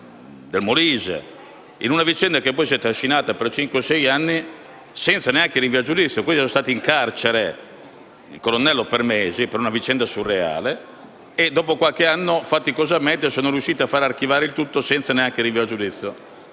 del Molise, in una vicenda che poi si è trascinata per circa cinque o sei anni, senza neanche rinvio a giudizio. Quindi, costoro sono stati in carcere (il colonnello per mesi) per una vicenda surreale e, dopo qualche anno, faticosamente sono riusciti a far archiviare il tutto senza neanche rinvio a giudizio.